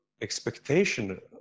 expectation